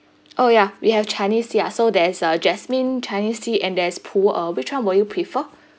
oh yeah we have chinese ya so there's a jasmine chinese tea and there's pu erh which one will you prefer